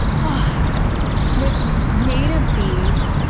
but with native bees,